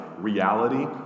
reality